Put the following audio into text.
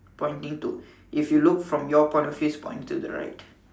pointing to if you look from your point of view it's point to the right